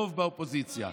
בקרוב באופוזיציה.